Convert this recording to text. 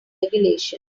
regulations